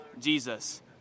Jesus